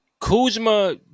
Kuzma